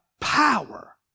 power